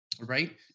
right